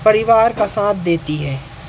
अपने परिवार का साथ देती है